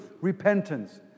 repentance